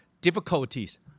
difficulties